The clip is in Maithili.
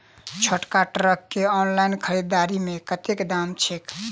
छोटका ट्रैक्टर केँ ऑनलाइन खरीददारी मे कतेक दाम छैक?